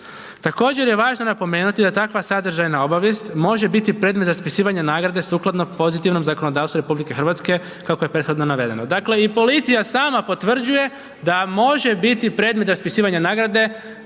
Također je važno napomenuti da takva sadržajna obavijest može biti predmet raspisivanja nagrade sukladno pozitivnom zakonodavstvu RH kako je prethodno navedeno. Dakle i policija sama potvrđuje da može biti predmet raspisivanja nagrade,